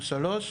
או שלוש,